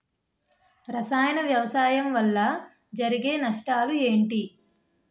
రసాయన వ్యవసాయం వల్ల జరిగే నష్టాలు ఏంటి?